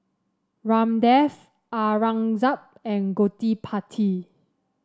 Ramdev Aurangzeb and Gottipati